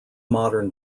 modern